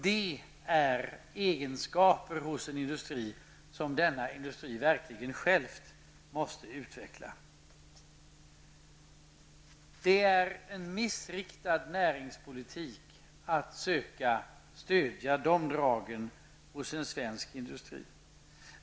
Detta är egenskaper hos en industri som denna själv måste utveckla. Det är en missriktad näringspolitik att söka stödja dessa drag hos en svensk industri.